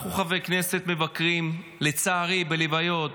אנחנו, חברי כנסת, מבקרים לצערי בלוויות,